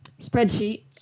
spreadsheet